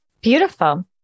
Beautiful